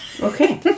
Okay